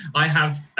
i have,